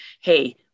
hey